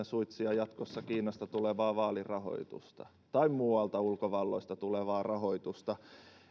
suitsia jatkossa kiinasta tulevaa vaalirahoitusta tai muualta ulkovalloista tulevaa rahoitusta